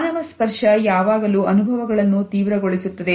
ಮಾನವ ಸ್ಪರ್ಶ ಯಾವಾಗಲೂ ಅನುಭವಗಳನ್ನು ತೀವ್ರಗೊಳಿಸುತ್ತದೆ